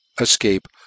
ESCAPE